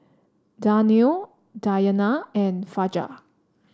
Danial Dayana and Fajar